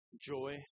joy